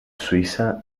suiza